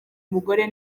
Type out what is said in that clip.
umugore